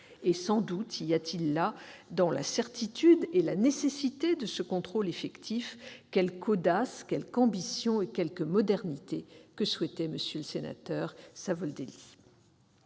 ! Sans doute y a-t-il là, dans la certitude de la nécessité de ce contrôle effectif, quelque audace, quelque ambition, quelque modernité que M. le sénateur Savoldelli